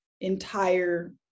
entire